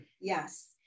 Yes